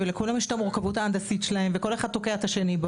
לכולם יש את המורכבות ההנדסית שלהם וכל אחד תוקע את השני.